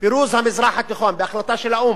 פירוז המזרח התיכון בהחלטה של האו"ם.